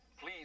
please